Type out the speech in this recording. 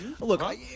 look